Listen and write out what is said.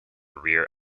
rear